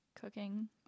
cooking